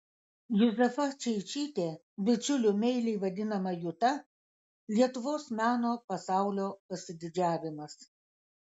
juzefa čeičytė bičiulių meiliai vadinama juta lietuvos meno pasaulio pasididžiavimas